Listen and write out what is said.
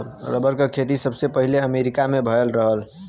rubber क खेती सबसे पहिले अमरीका में भयल रहल